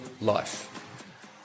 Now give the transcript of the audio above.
life